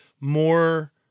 more